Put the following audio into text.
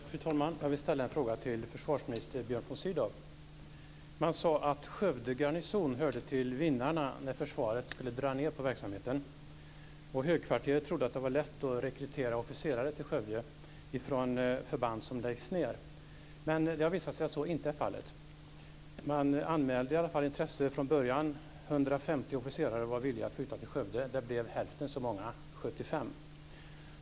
Fru talman! Jag vill ställa en fråga till försvarsminister Björn von Sydow. Man sade att Skövde garnison hörde till vinnarna när försvaret skulle dra ned på verksamheten. Högkvarteret trodde att det skulle vara lätt att rekrytera officerare till Skövde från förband som läggs ned, men det har visat sig att så inte är fallet. Det anmäldes visserligen från början intresse från 150 officerare som var villiga att flytta till Skövde, men det blev hälften så många, 75.